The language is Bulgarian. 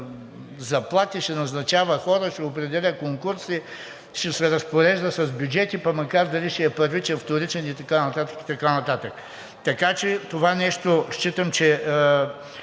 заплати, ще назначава хора, ще определя конкурси, ще се разпорежда с бюджети, па макар дали ще е първичен, вторичен и така нататък, и така нататък. Така че считам, че